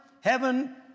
heaven